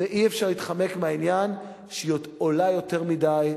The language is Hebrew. ואי-אפשר להתחמק מהעניין שהיא עולה יותר מדי,